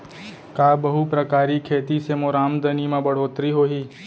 का बहुप्रकारिय खेती से मोर आमदनी म बढ़होत्तरी होही?